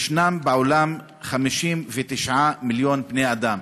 יש בעולם 59 מיליון בני-אדם